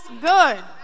good